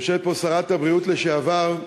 יושבת פה שרת הבריאות לשעבר.